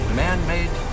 man-made